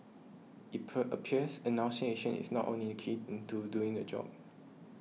it per appears enunciation is not only the key to doing the job